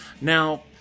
Now